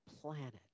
planet